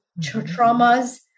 traumas